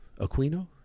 Aquino